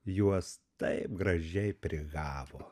juos taip gražiai prigavo